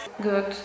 good